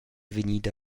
vegnida